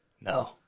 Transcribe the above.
No